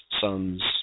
sons